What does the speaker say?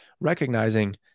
recognizing